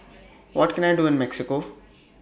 What Can I Do in Mexico